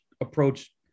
approach